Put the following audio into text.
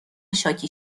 شاکی